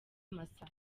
masa